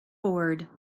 board